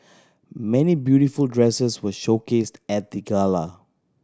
many beautiful dresses were showcased at the gala